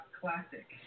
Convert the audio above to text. Classic